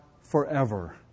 forever